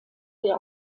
der